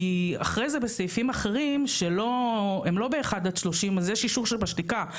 כי אחרי זה בסעיפים אחרים שהם לא ב-1 עד 30 אז יש אישור שבשתיקה.